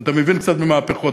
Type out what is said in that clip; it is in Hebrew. אתה מבין קצת במהפכות.